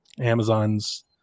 Amazon's